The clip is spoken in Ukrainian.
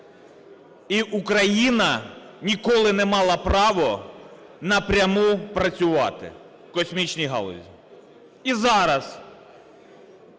І Україна ніколи не мала права напряму працювати в космічній галузі. І зараз,